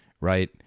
right